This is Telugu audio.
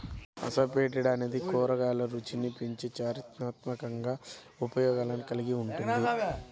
అసఫెటిడా అనేది కూరగాయల రుచిని పెంచే చారిత్రాత్మక ఉపయోగాలను కలిగి ఉంటుంది